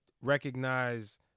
recognize